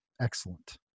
Excellent